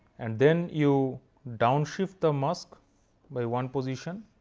and then you downshift the mask by one position,